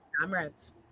comrades